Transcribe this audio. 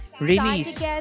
release